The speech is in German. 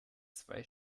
zwei